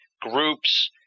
groups